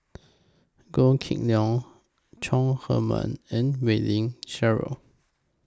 Goh Kheng Long Chong Heman and Wei Ling Cheryl